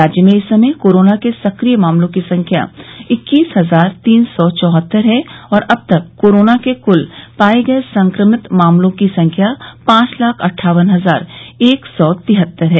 राज्य में इस समय कोरोना के सक्रिय मामलों की संख्या इक्कीस हजार तीन सौ चौहत्तर है और अब तक कोरोना के कुल पाये गये संक्रमित मामलों की संख्या पांच लाख अट्ठावन हजार एक सौ तिहत्तर है